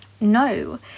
no